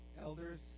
elders